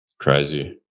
Crazy